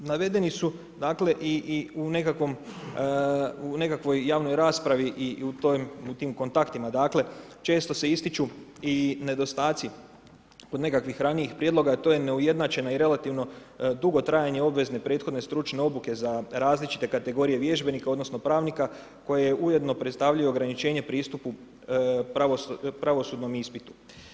Navedeni su dakle, u nekakvoj javnoj raspravi i u tim kontaktima, dakle, često se ističu i nedostaci kod nekakvih ranijih prijedloga, a to je neujednačena i relativno dugo trajanje obvezne prethodne stručne obuke, za različite kategorije vježbenika, odnosno, pravnika, koje ujedno predstavljaju ograničenje pristupu pravosudnom ispitu.